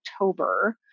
October